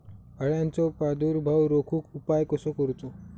अळ्यांचो प्रादुर्भाव रोखुक उपाय कसो करूचो?